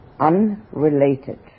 unrelated